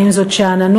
האם זאת שאננות?